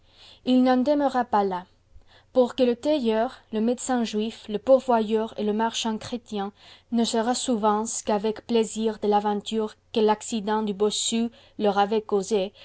it n'en demeura pas là pour que le tailleur le médecin juif le pourvoyeur et le marchand chrétien ne se ressouvinssent qu'avec plaisir de l'aventure que l'accident du bossu leur avait causée